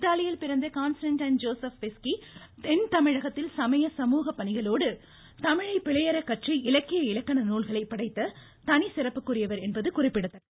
இத்தாலியில் பிறந்த Constantine Joseph Beschi தென்தமிழகத்தில் சமய சமூக பணிகளோடு தமிழை பிழையற கற்று இலக்கிய இலக்கண நூல்களை படைத்த தனிச்சிறப்புக்குரியவர் என்பது குறிப்பிடத்தக்கது